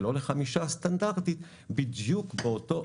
אנשים ולא מונית סטנדרטית חמישה אנשים בדיוק באותו